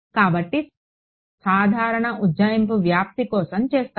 కాబట్టి సాధారణ ఉజ్జాయింపు వ్యాప్తి కోసం చేస్తాము